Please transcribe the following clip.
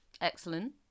excellent